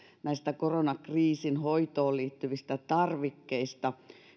koronakriisin hoitoon liittyvistä tarvikkeista